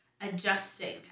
adjusting